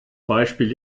beispiel